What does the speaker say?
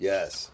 Yes